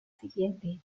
siguiente